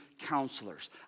counselors